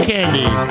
Candy